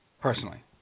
personally